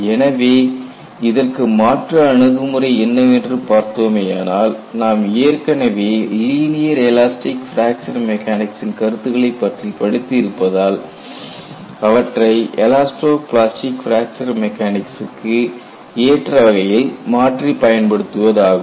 எனவே இதற்கு மாற்று அணுகுமுறை என்னவென்று பார்த்தோமேயானால் நாம் ஏற்கனவே லீனியர் எலாஸ்டிக் பிராக்சர் மெக்கானிக்சின் கருத்துக்களைப் பற்றி படித்து இருப்பதால் அவற்றை எலாஸ்டோ பிளாஸ்டிக் பிராக்சர் மெக்கானிக்சுக்கு ஏற்றவகையில் மாற்றி பயன்படுத்துவதாகும்